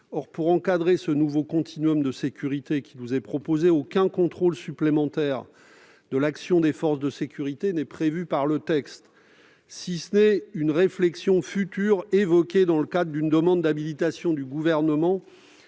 Or, pour encadrer le nouveau continuum de sécurité qui nous est proposé, aucun contrôle supplémentaire de l'action des forces de sécurité n'est prévu dans ce texte, si ce n'est une réflexion future évoquée dans le cadre d'une demande d'habilitation à légiférer